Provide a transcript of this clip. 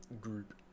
group